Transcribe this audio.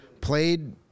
played